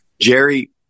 Jerry